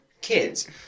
kids